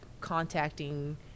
contacting